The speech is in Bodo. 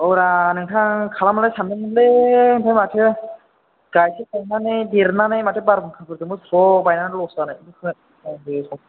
औरा नोंथां खालामनोलाय सानदोंमोनलै आमफ्राय माथो गायसे गायनानै देरनानै माथो बारहुंखाफोरजों स्र बायनानै लस जानायखौबो खोनादां निउसआव